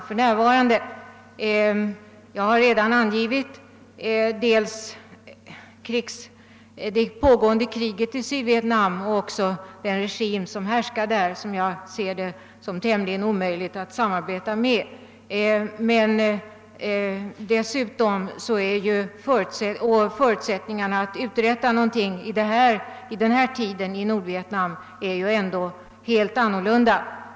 Jag har redan som skäl härför angivit dels det pågående kriget i Sydvietnam, dels den där härskande regimen vilken enligt min mening är tämligen omöjlig att samarbeta med. Men dessutom är ju förutsättningarna att just nu uträtta något i Nordvietnam helt annorlunda.